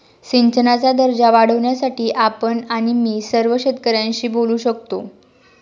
सिंचनाचा दर्जा वाढवण्यासाठी आपण आणि मी सर्व शेतकऱ्यांशी बोलू शकतो